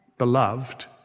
beloved